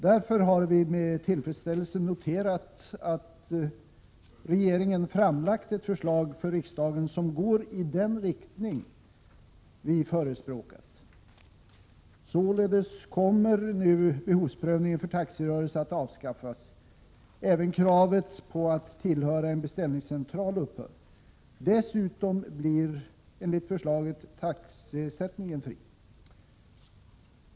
Därför har vi med tillfredsställelse noterat att regeringen för riksdagen framlagt ett förslag som går i den riktning som vi förespråkat. Således kommer nu behovsprövningen för taxirörelse att avskaffas. Även kravet på att tillhöra en beställningscentral upphör. Dessutom blir enligt förslaget taxesättningen fri.